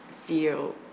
feel